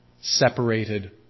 separated